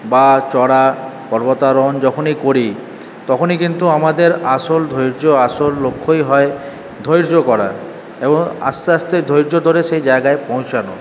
বা চড়া পর্বতারোহণ যখনই করি তখনই কিন্তু আমাদের আসল ধৈর্য আসল লক্ষ্যই হয় ধৈর্য করা এবং আস্তে আস্তে ধৈর্য ধরে সেই জায়গায় পৌঁছানো